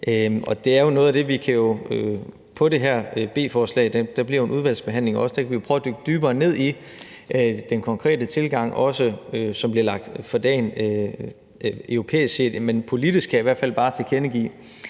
den konkrete opdeling finder sted. Der bliver jo en udvalgsbehandling om det her B-forslag, og der kan vi også prøve at dykke dybere ned i den konkrete tilgang, som bliver lagt for dagen europæisk set. Men politisk kan jeg i hvert fald bare tilkendegive,